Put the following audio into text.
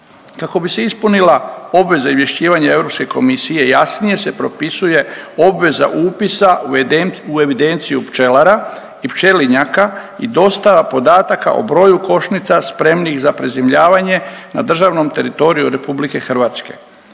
Kako bi se ispunila obveza izvješćivanja Europske komisije jasnije se propisuje obveza upisa u evidenciju pčelara i pčelinjaka i dostava podataka o broju košnica spremnih za prezimljavanja na državnom teritoriju Republike Hrvatske,